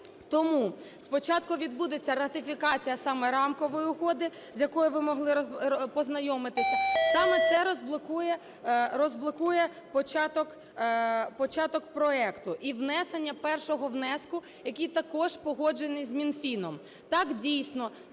Тому спочатку відбудеться ратифікація саме рамкової угоди, з якою ви могли познайомитися, саме це розблокує початок проекту і внесення першого внеску, який також погоджений з Мінфіном. Так, дійсно,